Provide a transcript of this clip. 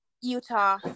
Utah